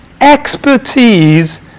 expertise